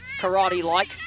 karate-like